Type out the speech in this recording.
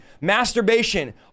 masturbation